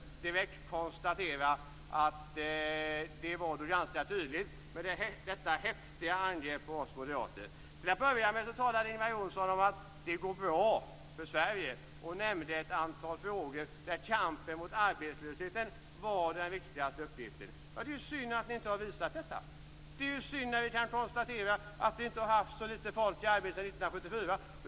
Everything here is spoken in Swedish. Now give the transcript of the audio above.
Det häftiga angreppet på oss moderater gjorde det ganska tydligt. Till att börja med talade Ingvar Johnsson om att det går bra för Sverige. Han nämnde ett antal uppgifter, där kampen mot arbetslösheten var den viktigaste. Det är synd att ni inte har visat detta. Det är synd att vi kan konstatera att vi inte har haft så litet folk i arbete sedan 1974.